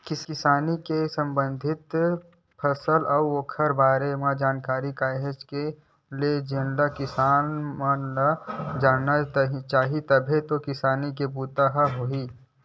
किसानी ले संबंधित फसल अउ ओखर बारे म जानकारी काहेच के हे जेनला किसान मन ल जानना चाही तभे किसानी के बूता बने होही